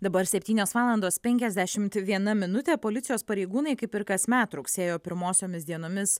dabar septynios valandos penkiasdešimt viena minutė policijos pareigūnai kaip ir kasmet rugsėjo pirmosiomis dienomis